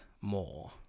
more